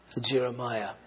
Jeremiah